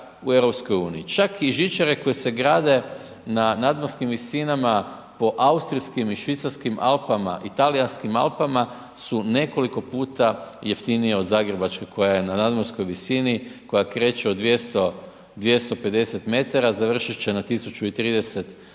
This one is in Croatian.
čak i žičare koje se grade na nadmorskim visinama po austrijskim i švicarskim Alpama i talijanskim Alpama su nekoliko puta jeftinije od zagrebačke koja je na nadmorskoj visini koja kreće od 200, 250 m, završit će na 1030 odnosno